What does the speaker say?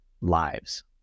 lives